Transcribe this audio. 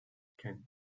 can